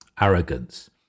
Arrogance